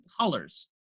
colors